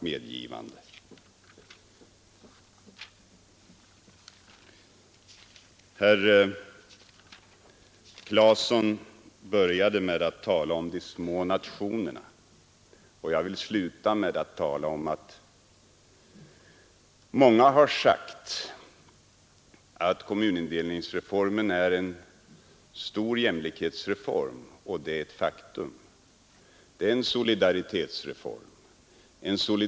Herr Claeson började med att tala om de små nationerna. Jag vill sluta med att tala om att många har sagt att kommunindelningsreformen är en stor jämlikhetsreform, och det är ett faktum. Det är en solidaritetsreform.